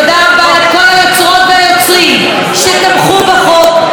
תודה רבה לכל היוצרות והיוצרים שתמכו בחוק,